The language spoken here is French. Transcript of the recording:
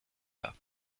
pas